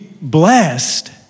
blessed